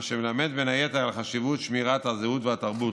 מה שמלמד בין היתר על חשיבות שמירת הזהות והתרבות,